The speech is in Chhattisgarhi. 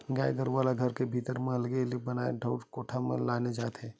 गाय गरुवा ला घर के भीतरी म अलगे ले बनाए ठउर ला कोठा नांव ले जाने जाथे